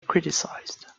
criticized